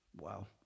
Wow